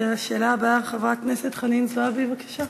השאלה הבאה, חברת הכנסת חנין זועבי, בבקשה.